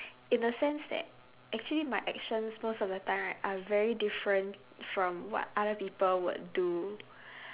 in a sense that actually my actions most of the time right are very different from what other people would do